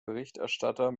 berichterstatter